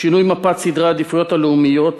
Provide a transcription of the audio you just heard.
שינויי מפת סדרי העדיפויות הלאומיות,